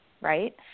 right